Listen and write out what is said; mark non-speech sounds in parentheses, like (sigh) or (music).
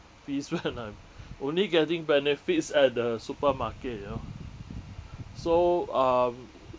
fees when (laughs) I'm only getting benefits at the supermarket you know so um